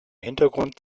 hintergrund